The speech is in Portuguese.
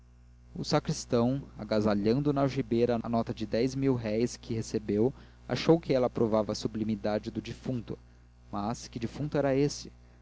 o sacristão agasalhando na algibeira a nota de dez mil réis que recebeu achou que ela provava a sublimidade do defunto mas que defunto era esse